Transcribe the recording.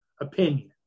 opinion